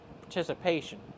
participation